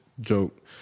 joke